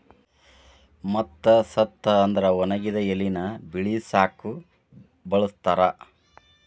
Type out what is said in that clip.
ಮತ್ತ ಸತ್ತ ಅಂದ್ರ ಒಣಗಿದ ಎಲಿನ ಬಿಳಸಾಕು ಬಳಸ್ತಾರ